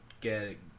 get